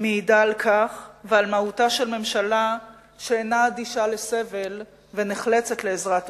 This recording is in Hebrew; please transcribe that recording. מעיד על כך ועל מהותה של ממשלה שאינה אדישה לסבל ונחלצת לעזרת תושביה.